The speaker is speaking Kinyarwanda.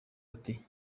ati